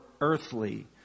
earthly